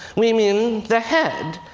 we mean the head.